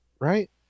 right